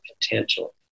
potential